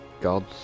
gods